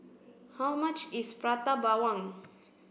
how much is Prata Bawang